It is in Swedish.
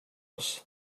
oss